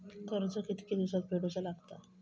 कर्ज कितके दिवसात फेडूचा लागता?